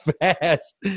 fast